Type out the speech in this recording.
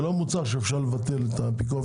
זה לא מוצר שאפשר לבטל את הפיקוח עליו.